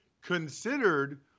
considered